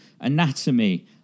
Anatomy